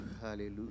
Hallelujah